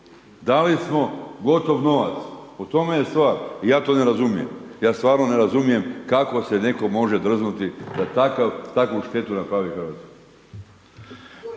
Dali smo gotov novac, u tome je stvar i ja to ne razumijem, ja stvarno ne razumijem kako se neko može drznuti da takav, da takvu štetu napravi Hrvatskoj.